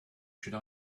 should